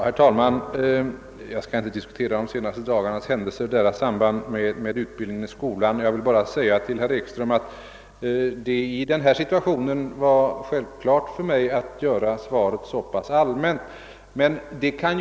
Herr talman! Jag skall inte diskutera sambandet mellan de senaste dagarnas händelser och utbildningen i skolan. Jag vill bara säga till herr Ekström i Iggesund att det i nuvarande situation var självklart för mig att göra svaret så pass allmänt som jag formulerade det.